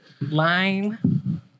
Lime